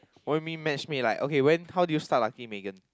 what you mean matchmake like okay when how did you start liking Megan